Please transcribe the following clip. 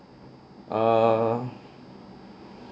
err